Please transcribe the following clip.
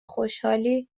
خوشحالی